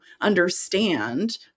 understand